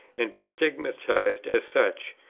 and be stigmatized as such,